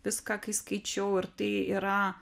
viską kai skaičiau ir tai yra